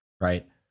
right